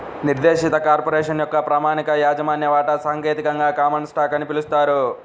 నిర్దేశిత కార్పొరేషన్ యొక్క ప్రామాణిక యాజమాన్య వాటా సాంకేతికంగా కామన్ స్టాక్ అని పిలుస్తారు